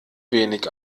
wenig